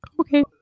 Okay